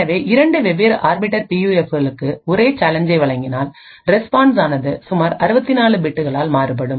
எனவே இரண்டு வெவ்வேறு ஆர்பிட்டர் பி யுஎஃப்புகளுக்கு ஒரே சேலஞ்சை வழங்கினால் ரெஸ்பான்ஸ் ஆனது சுமார் 64 பிட்களால் மாறுபடும்